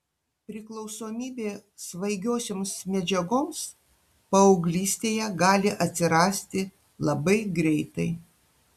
priklausomybė svaigiosioms medžiagoms paauglystėje gali atsirasti labai greitai